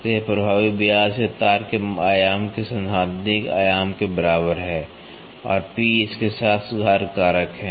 तो यह प्रभावी व्यास या तार के आयाम के सैद्धांतिक आयाम के बराबर है और P इसके साथ सुधार कारक है